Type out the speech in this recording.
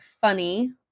funny